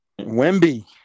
Wemby